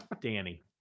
Danny